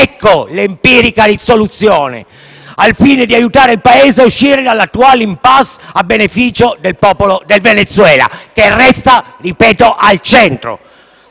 ecco l'empirica soluzione - al fine di aiutare il Paese a uscire dall'attuale *impasse* a beneficio del popolo del Venezuela, che resta - lo ripeto - al centro.